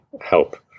help